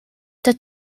the